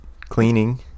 cleaning